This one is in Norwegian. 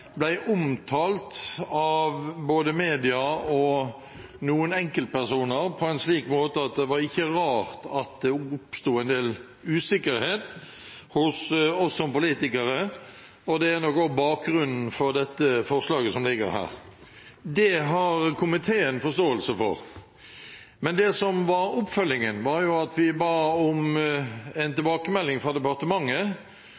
omtalt av både media og noen enkeltpersoner på en slik måte at det ikke var rart at det oppsto en del usikkerhet hos oss politikere. Det er noe av bakgrunnen for dette forslaget som foreligger. Det har komiteen forståelse for. Oppfølgingen var at vi ba om en